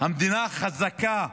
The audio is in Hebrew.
המדינה החזקה,